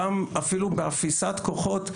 גם אפילו באפיסת כוחות,